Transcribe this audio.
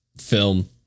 film